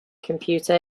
computer